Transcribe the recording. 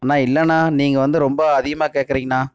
அண்ணா இல்லைனா நீங்கள் வந்து ரொம்ப அதிகமாக கேட்குறிங்ண்ணா